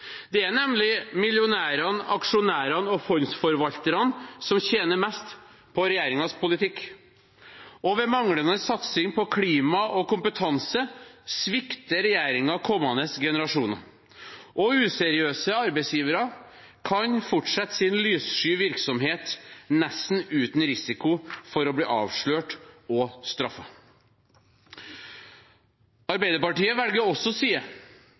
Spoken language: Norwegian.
Det er nemlig millionærene, aksjonærene og fondsforvalterne som tjener mest på regjeringens politikk. Ved manglende satsing på klima og kompetanse svikter regjeringen kommende generasjoner. Useriøse arbeidsgivere kan fortsette sin lyssky virksomhet nesten uten risiko for å bli avslørt og straffet. Arbeiderpartiet velger også side.